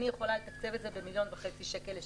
אני יכולה לתקצב את זה ב-1.5 מיליון שקלים לשנה,